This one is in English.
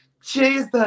Jesus